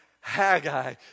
Haggai